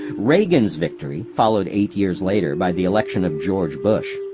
reagan's victory, followed eight years later by the election of george bush,